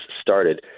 started